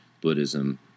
Buddhism